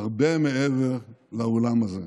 הרבה מעבר לאולם הזה.